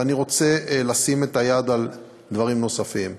ואני רוצה לשים את היד על דברים נוספים.